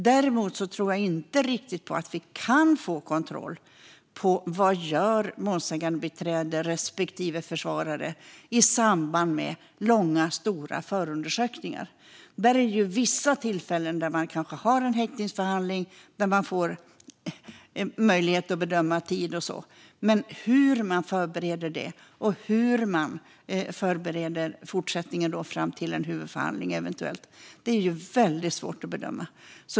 Däremot tror jag inte riktigt att vi kan få kontroll på vad målsägandebiträde respektive försvarare gör i samband med långa och stora förundersökningar. Vid vissa tillfällen har man en häktningsförhandling och får möjlighet att bedöma tid och så vidare, men hur man förbereder det och hur man förbereder fortsättningen fram till en eventuell huvudförhandling är väldigt svårt att bedöma.